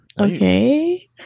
Okay